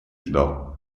ждал